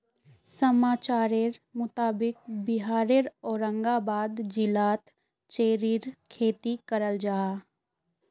समाचारेर मुताबिक़ बिहारेर औरंगाबाद जिलात चेर्रीर खेती कराल जाहा